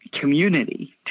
community